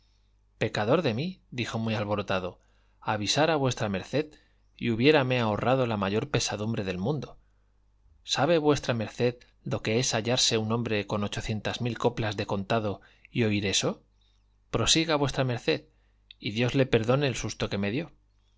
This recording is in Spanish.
pecador de mí dijo muy alborotado avisara v md y hubiérame ahorrado la mayor pesadumbre del mundo sabe v md lo que es hallarse un hombre con ochocientas mil coplas de contado y oír eso prosiga v md y dios le perdone el susto que me dio